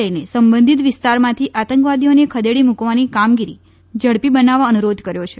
લઈને સંબંધીત વિસ્તારમાંથી આતંકવાદીઓને ખદેડી મૂકવાની કામગીરી ઝડપી બનાવવા અનુરોધ કર્યો છે